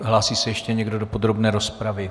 Hlásí se ještě někdo do podrobné rozpravy?